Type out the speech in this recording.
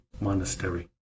Monastery